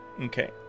Okay